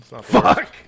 Fuck